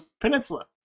Peninsula